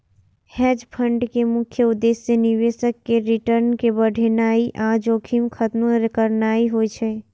hedge fund के मुख्य उद्देश्य निवेशक केर रिटर्न कें बढ़ेनाइ आ जोखिम खत्म करनाइ होइ छै